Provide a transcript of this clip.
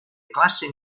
classe